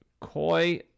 Koi